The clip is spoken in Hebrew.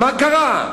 מה קרה?